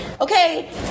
Okay